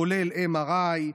כולל MRI,